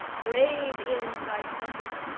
brayed in by trumpets,